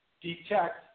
detect